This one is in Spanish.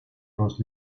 los